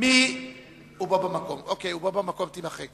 לסעיף 35 לא נתקבלה.